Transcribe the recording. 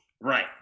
Right